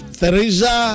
Theresa